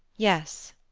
yes.